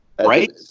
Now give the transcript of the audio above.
Right